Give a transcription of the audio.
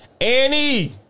Annie